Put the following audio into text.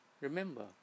remember